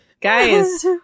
guys